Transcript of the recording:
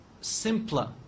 simpler